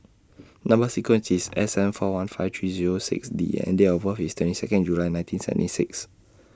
Number sequence IS S seven four one five three six D and Date of birth IS twenty Second June nineteen seventy six